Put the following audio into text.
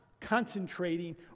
concentrating